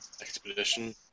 expedition